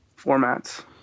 formats